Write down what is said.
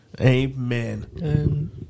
Amen